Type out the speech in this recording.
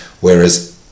whereas